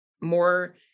more